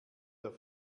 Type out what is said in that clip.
der